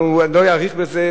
אני לא אאריך בזה,